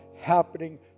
happening